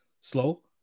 slow